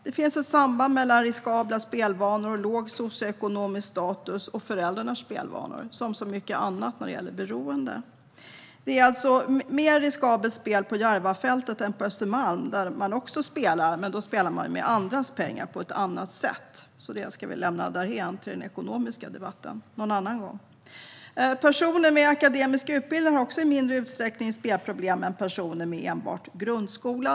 Det finns ett samband mellan riskabla spelvanor, låg socioekonomisk status och föräldrarnas spelvanor, som så mycket annat när det gäller beroende. Det är alltså mer riskabelt spel på Järvafältet än på Östermalm, där man också spelar. Men då spelar man med andras pengar på ett annat sätt. Det ska vi lämna därhän till den ekonomiska debatten någon annan gång. Personer med akademisk utbildning har också i mindre utsträckning spelproblem än personer med enbart grundskola.